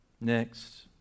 Next